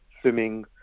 swimming